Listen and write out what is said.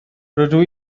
rydw